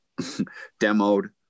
demoed